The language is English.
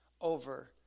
over